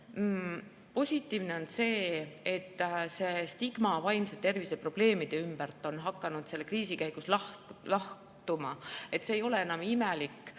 Positiivne on see, et stigma vaimse tervise probleemide puhul on hakanud selle kriisi käigus lahtuma. See ei ole enam imelik,